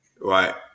Right